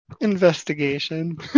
Investigation